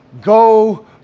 Go